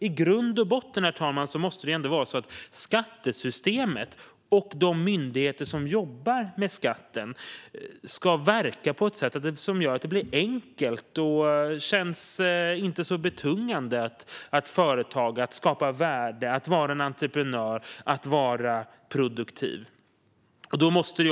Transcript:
I grund och botten, herr talman, måste det vara så att skattesystemet och de myndigheter som jobbar med skatten ska verka på ett sätt som gör att det blir enkelt och inte känns så betungande att företaga, skapa värde, vara en entreprenör och vara produktiv.